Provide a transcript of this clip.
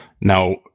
Now